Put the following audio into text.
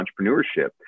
entrepreneurship